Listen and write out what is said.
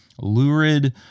lurid